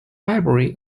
library